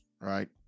right